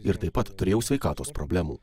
ir taip pat turėjau sveikatos problemų